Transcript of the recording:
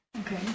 okay